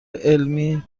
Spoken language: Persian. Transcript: علمی